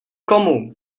komu